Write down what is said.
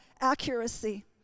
accuracy